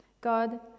God